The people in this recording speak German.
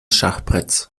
schachbretts